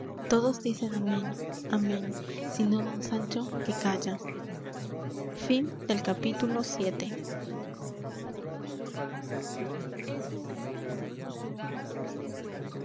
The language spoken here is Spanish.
todos dicen amen amen sino don sancho que calla